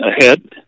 ahead